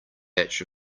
batch